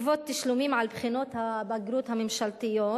לגבות תשלומים על בחינות הבגרות הממשלתיות,